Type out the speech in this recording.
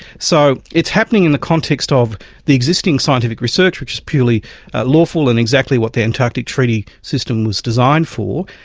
so it's happening in the context of the existing scientific research which is purely lawful and exactly what the antarctic treaty system was designed for.